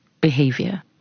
behavior